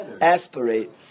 Aspirate